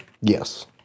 Yes